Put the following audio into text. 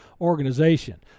organization